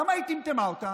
למה היא טמטמה אותם?